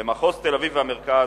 ומחוז תל-אביב והמרכז,